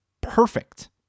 perfect